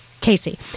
Casey